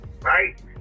right